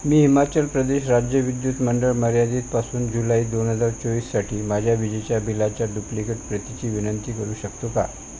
मी हिमाचल प्रदेश राज्य विद्युत मंडळ मर्यादीतपासून जुलै दोन हजार चोवीससाठी माझ्या विजेच्या बिलाच्या डुप्लिकेट प्रतीची विनंती करू शकतो का